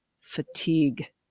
fatigue